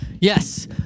Yes